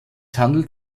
handelt